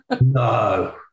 No